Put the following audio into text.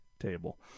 table